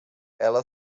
ela